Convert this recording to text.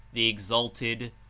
the exalted,